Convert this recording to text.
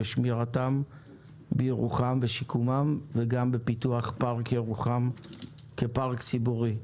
שמירתם בירוחם ושיקומם וגם בפיתוח פארק ירוחם כפארק ציבורי.